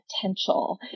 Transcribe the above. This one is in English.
potential